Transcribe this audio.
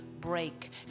break